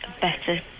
better